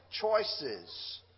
choices